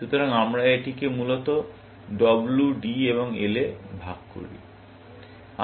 সুতরাং আমরা এটিকে মূলত W D এবং L এ ভাগ করতে পারি